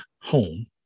home